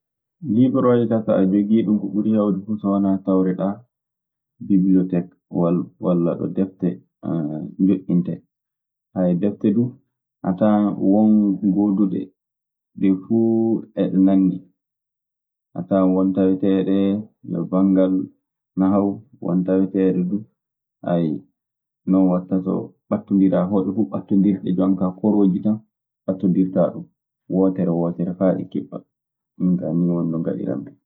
Liworooje kaa so aɗe jogii ɗun, ko ɓuri heewde fuf, so wanaa tawreɗaa bibiotec wallaɗo defte njoƴƴintee. defte duu a tawan won gooduɗe, ɗee fuu eɗe nanndi. A tawan won taweteeɗe e bangal nahwu, won taweteeɗe du non waɗta so ɓattondiraa, hoɗo fu ɓattondirɗe. Jonkaa korooji tan ɓattondirtaa ɗun wootere wootere faa ɗi kiɓɓa. Min kaa nii woni no ngaɗirammi.